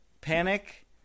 panic